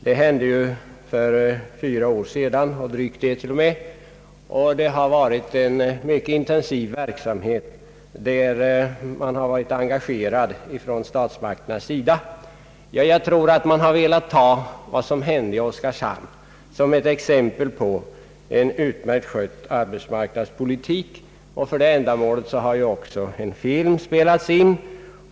Detta hände för drygt fyra år sedan och sedan dess har en mycket intensiv verksamhet förekommit, i vilken statsmakterna varit engagerade. Såvitt jag förstår har man velat betrakta vad som händer i Oskarshamn som ett exempel på en utmärkt skött arbetsmarknadspolitik och en film om vad som där inträffat har också spelats in.